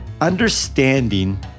understanding